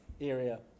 area